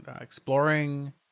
exploring